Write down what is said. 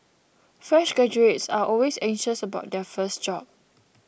fresh graduates are always anxious about their first job